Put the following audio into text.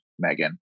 Megan